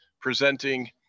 presenting